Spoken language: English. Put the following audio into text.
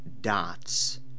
dots